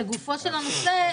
גם לגופו של הנושא,